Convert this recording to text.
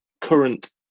current